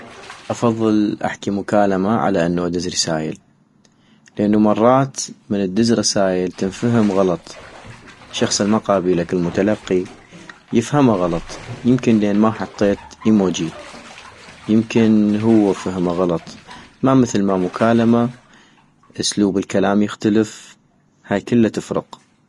افضل احكي مكالمة على انو ادز رسايل - لانو مرات من ادز رسايل تنفهم غلط، الشخص الي قدامك المتلقي، يفهما غلط، يمكن لان ما حطيت ايموجي، يمكن هو فهما غلط، ما مثل ما مكالمة، اسلوب الكلام يختلف، هاي كلا تفرق